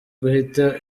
guhita